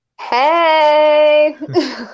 Hey